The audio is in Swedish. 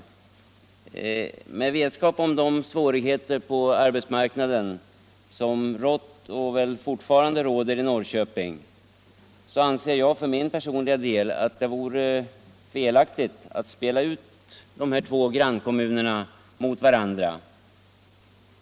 Då vill jag säga att med vetskap om de svårigheter på arbetsmarknaden som rått och väl fortfarande råder i Norrköping anser jag för min del att det vore felaktigt att spela ut två grannkommuner mot varandra.